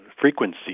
frequency